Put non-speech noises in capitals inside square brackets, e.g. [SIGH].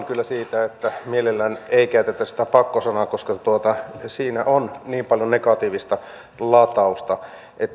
[UNINTELLIGIBLE] kyllä siitä että mielellään ei käytetä sitä pakko sanaa koska siinä on niin paljon negatiivista latausta